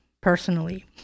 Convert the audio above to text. personally